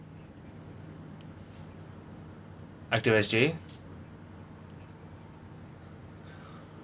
active S_G